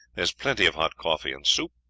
there's plenty of hot coffee and soup.